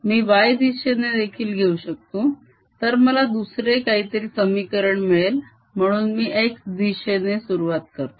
मी y दिशेने देखील घेऊ शकतो तर मला दुसरे काहीतरी समीकरण मिळेल म्हणून मी x दिशेने सुरुवात करतो